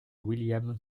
william